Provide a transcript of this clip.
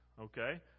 okay